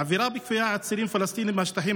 מעבירה בכפייה עצירים פלסטינים מהשטחים